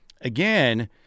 again